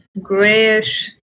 grayish